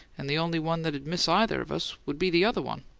and the only one that'd miss either of us would be the other one!